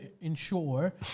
ensure